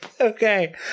Okay